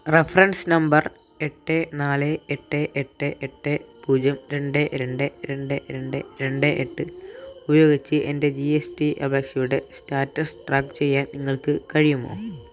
reference number എട്ട് നാല് എട്ട് എട്ട് എട്ട് പൂജ്യം രണ്ട് രണ്ട് രണ്ട് രണ്ട് രണ്ട് എട്ട് ഉപയോഗിച്ച് എൻറ്റെ ജി എസ് റ്റി അപേക്ഷയുടെ സ്റ്റാറ്റസ് ട്രാക്ക് ചെയ്യാൻ നിങ്ങൾക്ക് കഴിയുമോ